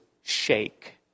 shake